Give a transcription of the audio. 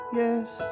yes